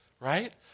right